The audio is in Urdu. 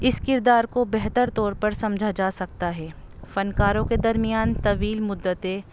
اس کردار کو بہتر طور پر سمجھا جا سکتا ہے فنکاروں کے درمیان طویل مدتے